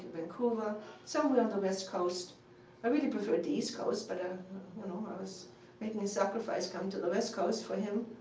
vancouver so somewhere on the west coast. i really preferred the east coast, but and um i was making a sacrifice coming to the west coast for him.